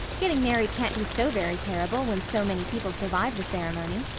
getting married can't be so very terrible when so many people survive the ceremony.